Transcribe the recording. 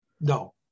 No